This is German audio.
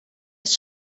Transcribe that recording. ist